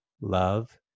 love